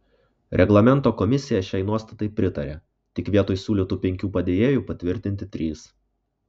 reglamento komisija šiai nuostatai pritarė tik vietoj siūlytų penkių padėjėjų patvirtinti trys